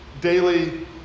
daily